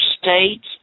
states